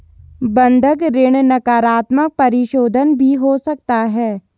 बंधक ऋण नकारात्मक परिशोधन भी हो सकता है